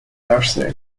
nursery